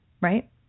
Right